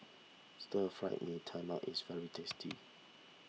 Stir Fried Mee Tai Mak is very tasty